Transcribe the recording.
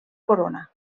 corona